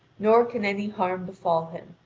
nor can any harm befall him,